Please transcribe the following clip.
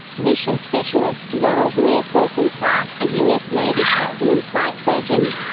mission specialist laurel blair salton clark, a u s. navy captain and flight surgeon.